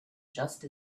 just